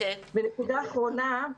נקודה אחרונה,